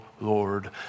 Lord